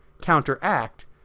counteract